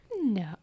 No